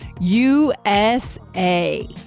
USA